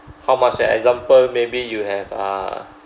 how much e~ example maybe you have uh